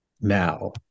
now